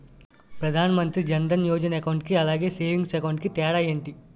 Pradhan Mantri Jan Dhan Yojana account కి అలాగే savings account కి తేడా ఏంటి?